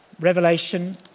Revelation